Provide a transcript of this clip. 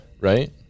right